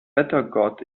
wettergott